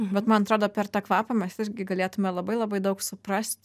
bet man atrodo per tą kvapą mes irgi galėtume labai labai daug suprasti